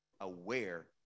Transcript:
aware